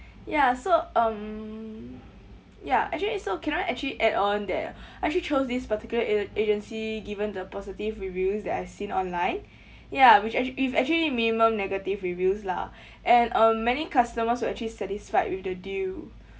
ya so um ya actually so can I actually add on that I actually chose this particular age~ agency given the positive reviews that I've seen online ya which actually actually minimum negative reviews lah and um many customers were actually satisfied with the deal